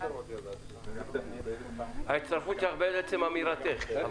ההצטרפות בעצם אמירתך.